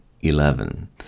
eleven